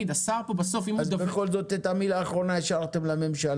אז בכל זאת המילה האחרונה השארתם לממשלה.